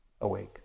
awake